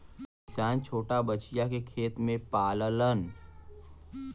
किसान छोटा बछिया के खेत में पाललन